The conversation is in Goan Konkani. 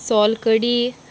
सोलकडी